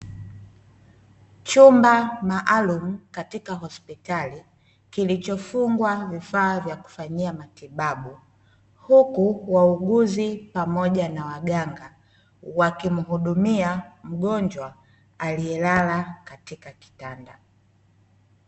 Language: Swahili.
Chumba maalumu katika hosipitali kilichofungwa vifaa vya kufanyia matibabu, huku wauguzi pamoja na waganga wakimuhudumia mgonjwa, aliyelala katika kitanda.